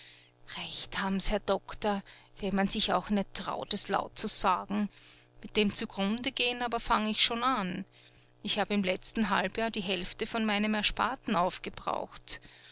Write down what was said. recht haben s herr doktor wenn man sich auch net traut es laut zu sagen mit dem zugrundegehen aber fang ich schon an ich habe im letzten halbjahr die hälfte von meinem ersparten aufgebraucht